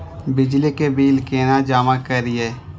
बिजली के बिल केना जमा करिए?